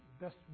best